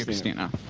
christina.